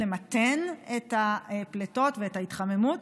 למתן את הפליטות ואת ההתחממות,